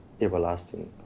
everlasting